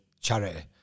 charity